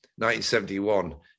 1971